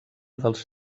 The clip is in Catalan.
dels